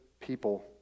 people